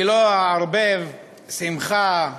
אני לא אערבב שמחה בטרוניה,